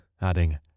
adding